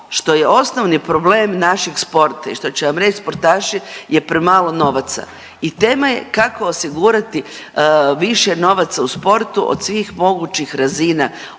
što je osnovni problem našeg sporta i što će vam reć sportaši je premalo novaca i tema je kako osigurati više novaca u sportu od svih mogućih razina